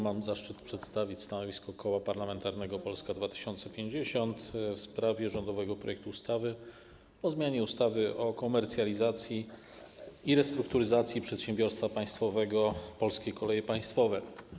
Mam zaszczyt przedstawić stanowisko Koła Parlamentarnego Polska 2050 w sprawie rządowego projektu ustawy o zmianie ustawy o komercjalizacji i restrukturyzacji przedsiębiorstwa państwowego ˝Polskie Koleje Państwowe˝